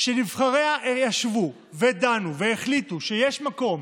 שנבחריה ישבו ודנו והחליטו שיש מקום